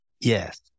Yes